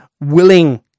willing